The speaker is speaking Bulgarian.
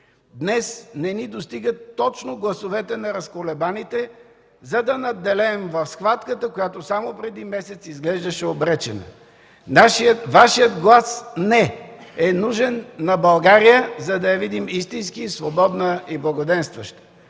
Днес не ни достигат точно гласовете на разколебаните, за да надделеем в схватката, която само преди месец изглеждаше обречена. Вашият глас „не” е нужен на България, за да я видим истински свободна и благоденстваща.